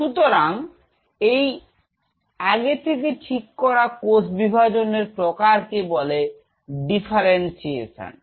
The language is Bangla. সুতরাং এই আগে থেকে ঠিক করা কোষ বিভাজনের প্রকার কে বলে ডিফারেন্সিয়েশন